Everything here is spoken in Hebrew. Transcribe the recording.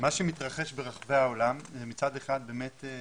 מה שמתרחש ברחבי העולם, מצד אחד באמת שגשוג,